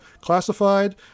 classified